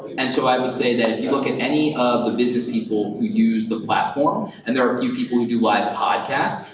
and so i would say that if you look at any of the business people who use the platform, and there are a few people who do live podcasts,